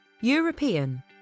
european